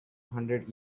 hundred